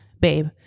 babe